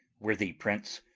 worthy prince,